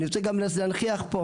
אני רוצה גם להנכיח פה,